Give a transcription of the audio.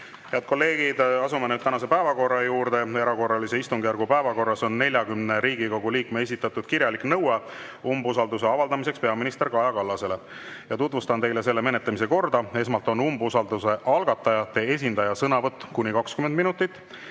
Head kolleegid, asume nüüd tänase päevakorra juurde. Erakorralise istungjärgu päevakorras on 40 Riigikogu liikme esitatud kirjalik nõue umbusalduse avaldamiseks peaminister Kaja Kallasele. Tutvustan teile selle menetlemise korda. Esmalt on umbusalduse algatajate esindaja sõnavõtt kuni 20 minutit,